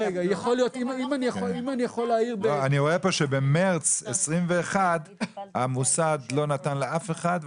אני רואה שבמרס 2021 המוסד לא נתן לאף אחד,